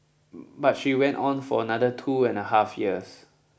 but she went on for another two and a half years